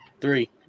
Three